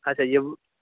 اَچھا یِم